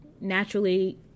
naturally